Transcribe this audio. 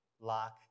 lock